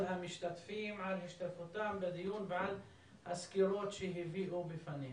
המשתתפים על השתתפותם בדיון ועל הסקירות שהביאו בפניה.